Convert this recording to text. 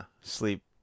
sleep